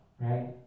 right